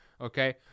Okay